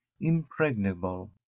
impregnable